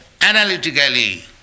analytically